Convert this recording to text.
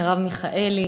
מרב מיכאלי,